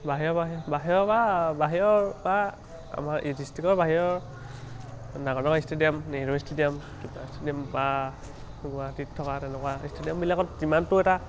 বাহিৰ বাহিৰৰ বা বাহিৰৰ পৰা আমাৰ এই ডিষ্ট্ৰিক্টৰ বাহিৰৰ ডাঙৰ ডাঙৰ ষ্টেডিয়াম নেহৰু ষ্টেডিয়াম ষ্টেডিয়াম বা গুৱাহাটীত থকা তেনেকুৱা ষ্টেডিয়ামবিলাকত যিমানটো এটা